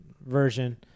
version